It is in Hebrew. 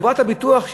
חברת הביטוח,